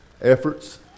efforts